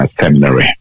Seminary